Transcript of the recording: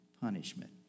punishment